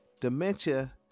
Dementia